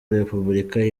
repuburika